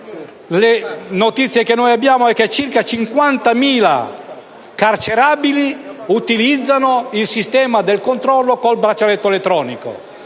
notizie che abbiamo circa 50.000 carcerabili utilizzano il sistema del controllo con il braccialetto elettronico.